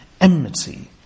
enmity